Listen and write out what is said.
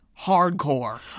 hardcore